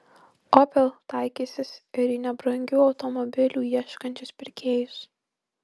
opel taikysis ir į nebrangių automobilių ieškančius pirkėjus